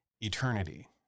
eternity